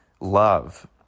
love